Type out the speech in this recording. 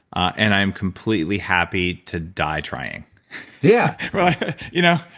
and i'm completely happy to die trying yeah you know?